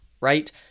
right